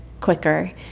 quicker